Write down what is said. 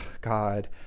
God